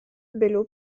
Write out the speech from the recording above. bello